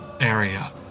area